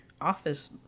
office